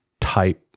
type